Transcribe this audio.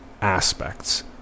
aspects